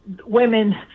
women